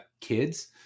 kids